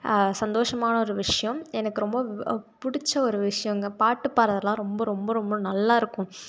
சந்தோஷமான ஒரு விஷயம் எனக்கு ரொம்ப பிடிச்ச ஒரு விஷயங்கள் பாட்டு பாடுறதெல்லாம் ரொம்ப ரொம்ப ரொம்ப நல்லாயிருக்கும்